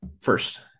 First